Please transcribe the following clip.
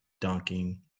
dunking